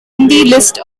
list